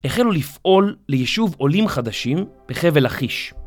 החלו לפעול ליישוב עולים חדשים בחבל לכיש.